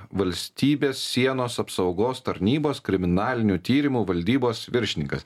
valstybės sienos apsaugos tarnybos kriminalinių tyrimų valdybos viršininkas